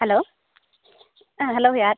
hello ಹಾಂ hello ಯಾರು